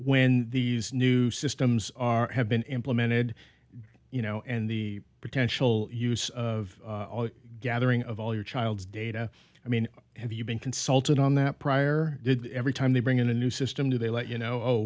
when these new systems are have been implemented you know and the potential use of gathering of all your child's data i mean have you been consulted on that prior did every time they bring in a new system do they let you know